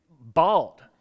bald